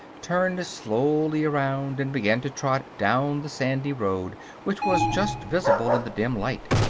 turned slowly around, and began to trot down the sandy road which was just visible in the dim light.